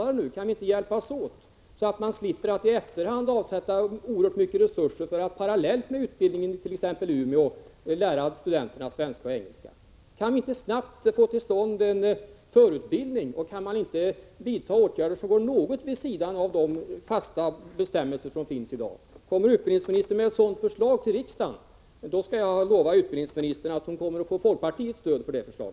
Kan vi Om åtgärder för att inte hjälpas åt, så att man slipper att i efterhand avsätta oerhört stora resurser AR é RE : komma till rätta för att, t.ex. parallellt med utbildningen i Umeå, lära studenterna svenska i Å i å SN med teknikerbrisoch engelska? Går det inte att snabbt få till stånd en förutbildning, och kan jen man inte vidta åtgärder som något ligger vid sidan av de fasta bestämmelser som redan finns? Om utbildningsministern lägger fram ett förslag i den riktningen inför riksdagen, lovar jag att utbildningsministern kommer att få folkpartiets stöd.